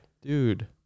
dude